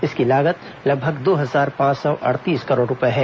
इसकी लागत लगभग दो हजार पांच सौ अड़तीस करोड़ रूपये है